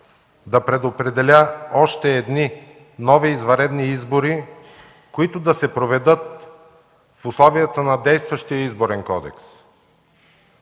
да предопределя още едни нови извънредни избори, които да се проведат в условията на действащия Изборен кодекс,